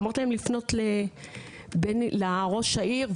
אמרתי להם לפנות לראש העיר,